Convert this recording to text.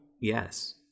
Yes